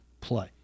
play